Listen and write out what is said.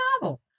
novel